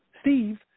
Steve